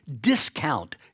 discount